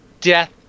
death